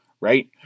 right